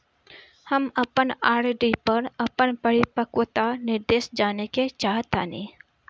हम अपन आर.डी पर अपन परिपक्वता निर्देश जानेके चाहतानी